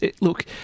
look